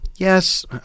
Yes